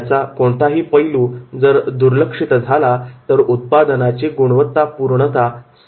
याचा कोणताही पैलू जर दुर्लक्षित झाला तर उत्पादनाची गुणवत्तापूर्णता सारखी नसेल